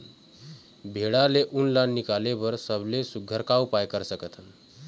भेड़ा ले उन ला निकाले बर सबले सुघ्घर का उपाय कर सकथन?